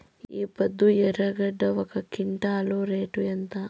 ఈపొద్దు ఎర్రగడ్డలు ఒక క్వింటాలు రేటు ఎంత?